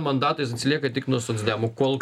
mandatais atsilieka tik nuo socdemų kol